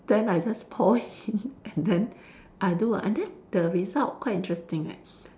then I just pour in and then I do a and then the result quite interesting eh